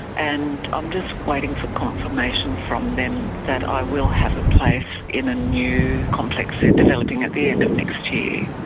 and i'm just waiting for confirmation from them that i will have a place in a new complex they are developing at the end of next year.